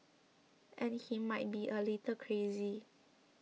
and he might be a little crazy